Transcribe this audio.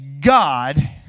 God